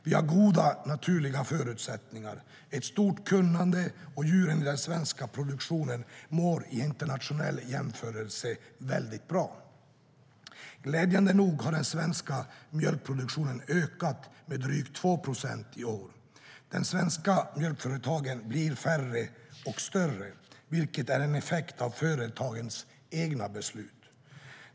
Vi har goda naturliga förutsättningar och ett stort kunnande, och djuren i den svenska produktionen mår i internationell jämförelse väldigt bra. Glädjande nog har den svenska mjölkproduktionen ökat med drygt 2 procent i år. De svenska mjölkföretagen blir färre och större, vilket är en effekt av företagarnas egna beslut.